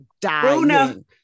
dying